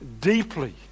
deeply